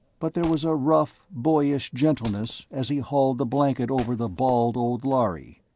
but there was a rough, boyish gentleness as he hauled the blanket over the bald old lhari.